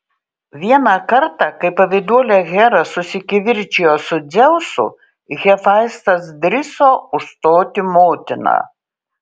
vieną kartą kai pavyduolė hera susikivirčijo su dzeusu hefaistas drįso užstoti motiną